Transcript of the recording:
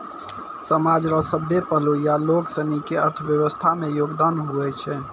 समाज रो सभ्भे पहलू या लोगसनी के अर्थव्यवस्था मे योगदान हुवै छै